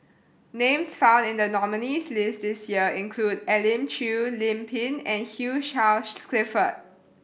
names found in the nominees' list this year include Elim Chew Lim Pin and Hugh Charles Clifford